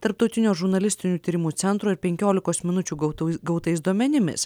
tarptautinio žurnalistinių tyrimų centro ir penkiolikos minučių gautai gautais duomenimis